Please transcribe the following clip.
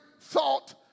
thought